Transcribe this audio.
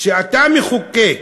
שאתה מחוקק